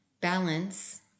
balance